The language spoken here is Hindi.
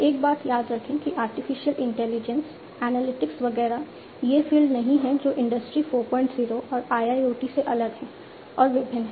एक बात याद रखें कि आर्टिफिशियल इंटेलिजेंस एनालिटिक्स वगैरह ये फील्ड नहीं हैं जो इंडस्ट्री 40 और IIoT से अलग हैं और विभिन्न हैं